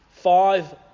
five